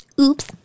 Oops